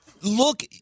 Look